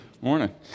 morning